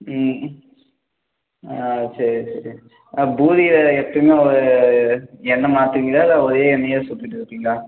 ம் ஆ சரி சரி பூரியை எப்போயுமே எண்ணெய் மாற்றுவீங்களா இல்லை ஒரே எண்ணெயை தான் சுட்டுட்டு இருப்பீங்களா